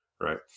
right